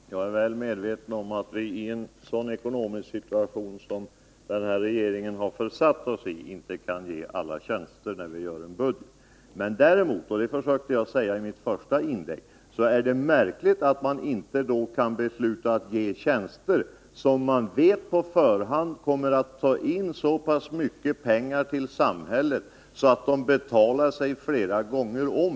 Herr talman! Jag är väl medveten om att det i en sådan ekonomisk situation som den här regeringen har försatt oss i inte går att bevilja alla de tjänster som begärs. Däremot — och det försökte jag säga i mitt första inlägg — är det märkligt att man inte kan besluta att tillsätta tjänster som man på förhand vet tar in så mycket pengar till samhället att de betalar sig flera gånger om.